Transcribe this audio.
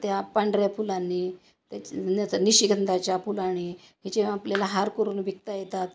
त्या पांढऱ्या फुलांनी त्या निशीगंंधाच्या फुलानी ह्याचे आपल्याला हार करून विकता येतात